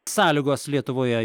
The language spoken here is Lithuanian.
sąlygos lietuvoje